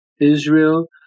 Israel